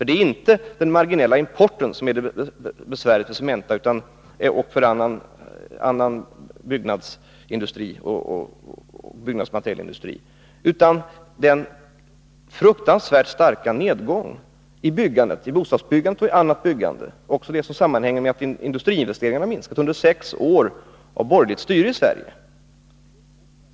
Det är inte den marginella importen som är problemet för Cementa och annan byggnadsmaterialindustri, utan det är den fruktansvärt starka nedgången i såväl bostadsbyggandet som annat byggande, också det som sammanhänger med att industriinvesteringarna minskade under sex år av borgerligt styre i Sverige.